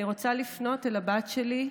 אני רוצה לפנות אל הבת שלי,